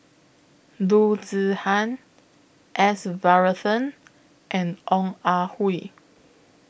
Loo Zihan S Varathan and Ong Ah Hoi